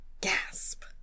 Gasp